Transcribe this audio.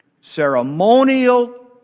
ceremonial